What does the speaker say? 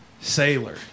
Sailor